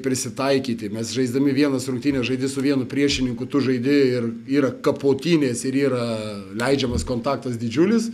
prisitaikyti mes žaisdami vienas rungtynes žaidi su vienu priešininku tu žaidi ir yra kapotynės ir yra leidžiamas kontaktas didžiulis